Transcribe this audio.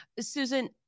Susan